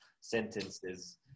sentences